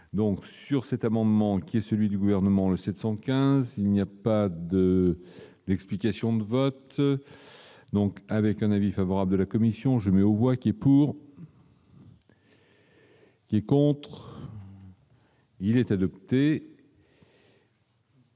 donc, sur cet amendement, qui est celui du gouvernement le 715 il n'y a pas de l'explication de vote donc avec un avis favorable de la commission jamais aux voix qui est pour. Les comptes. Il est adopté.